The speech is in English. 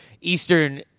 Eastern